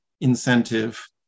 incentive